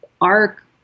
arc